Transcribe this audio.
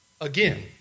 Again